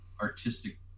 artistic